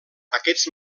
aquests